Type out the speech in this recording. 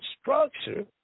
structure